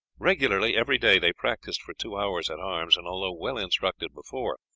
regularly every day they practised for two hours in arms, and although well instructed before,